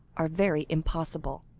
are very impossible.